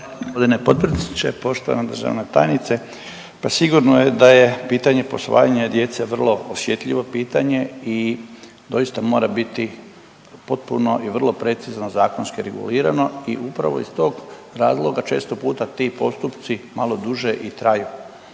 potpredsjedniče, poštovana državna tajnice. Pa sigurno je da je pitanje posvajanja djece vrlo osjetljivo pitanje i doista mora biti potpuno i vrlo precizno zakonski regulirano i upravo iz tog razloga često puta ti postupci malo duže i traju.